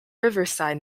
riverside